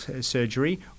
surgery